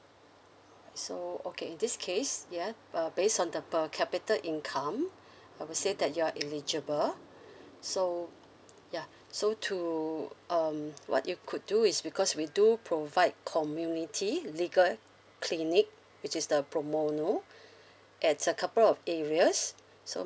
so okay in this case ya uh based on the per capita income I would say that you are eligible so ya so to um what you could do is because we do provide community legal clinic which is the pro bono at a couple of areas so